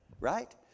right